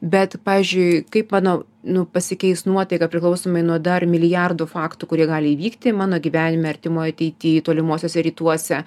bet pavyzdžiui kaip mano nu pasikeis nuotaika priklausomai nuo dar milijardų faktų kurie gali įvykti mano gyvenime artimoj ateity tolimuosiuose rytuose